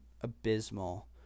abysmal